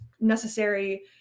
necessary